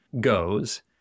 goes